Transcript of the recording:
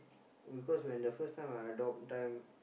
because when the first time I adopt that time